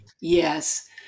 Yes